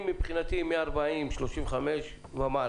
מבחינתי, הם מלאים עם 35, 40 נוסעים ומעלה.